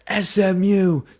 SMU